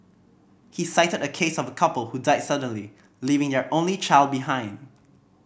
he cited a case of a couple who died suddenly leaving their only child behind